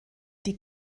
die